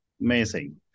Amazing